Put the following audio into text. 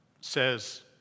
says